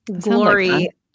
glory